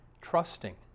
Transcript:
trusting